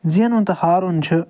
زینُن تہٕ ہارُن چھِ